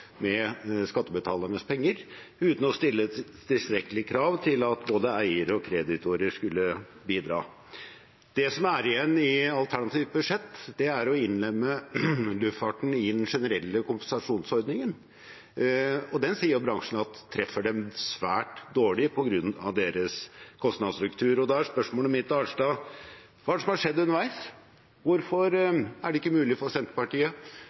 med skattebetalernes penger uten å stille tilstrekkelige krav til at både eiere og kreditorer skulle bidra. Det som er igjen i alternativt budsjett, er å innlemme luftfarten i den generelle kompensasjonsordningen, og den sier bransjen treffer dem svært dårlig på grunn av deres kostnadsstruktur. Og da er spørsmålet mitt til Arnstad: Hva er det som har skjedd underveis? Hvorfor er det ikke mulig for Senterpartiet